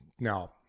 no